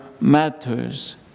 matters